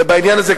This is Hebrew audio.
ובעניין הזה,